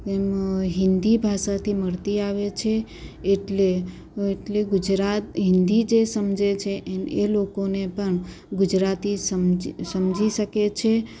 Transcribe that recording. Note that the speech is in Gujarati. તેમ હિન્દી ભાષાથી મળતી આવે છે એટલે એટલે ગુજરાત હિન્દી જે સમજે છે એન એ લોકોને પણ ગુજરાતી સમજી સમજી શકે છે